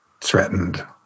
threatened